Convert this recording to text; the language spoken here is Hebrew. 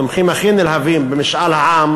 התומכים הכי נלהבים במשאל העם